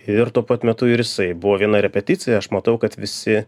ir tuo pat metu ir jisai buvo viena repeticija aš matau kad visi